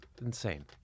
Insane